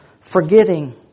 forgetting